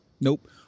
Nope